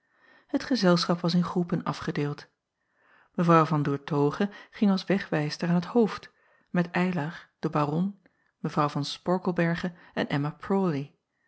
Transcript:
et gezelschap was in groepen afgedeeld w an oertoghe ging als wegwijster aan t hoofd met ylar den aron w van porkelberghe en mma rawley